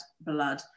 blood